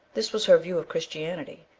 this was her view of christianity,